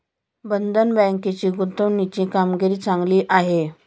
बंधन बँकेची गुंतवणुकीची कामगिरी चांगली आहे